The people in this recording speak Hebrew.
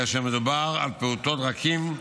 כאשר מדובר על פעוטות רכים,